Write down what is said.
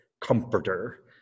comforter